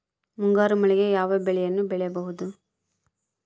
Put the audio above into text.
ಮುಂಗಾರು ಮಳೆಗೆ ಯಾವ ಬೆಳೆಯನ್ನು ಬೆಳಿಬೇಕ್ರಿ?